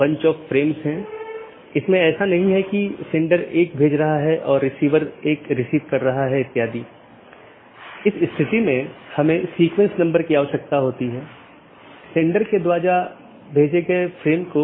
क्योंकि जब यह BGP राउटर से गुजरता है तो यह जानना आवश्यक है कि गंतव्य कहां है जो NLRI प्रारूप में है